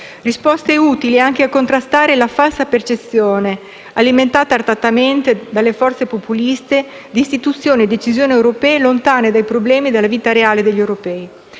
Risposte utili anche a contrastare la falsa percezione, alimentata artatamente dalle forze populiste, di istituzioni e decisioni europee lontane dai problemi della vita reale degli europei.